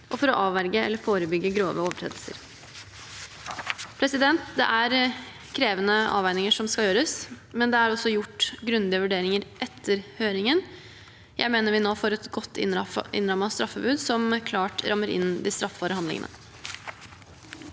og for å avverge eller forebygge grove overtredelser. Det er krevende avveininger som skal gjøres, men det er også gjort grundige vurderinger etter høringen. Jeg mener vi nå får et godt innrammet straffebud som klart rammer inn de straffbare handlingene.